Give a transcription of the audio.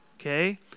Okay